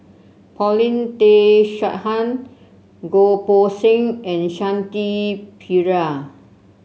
Paulin Tay Straughan Goh Poh Seng and Shanti Pereira